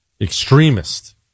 extremist